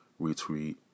retweet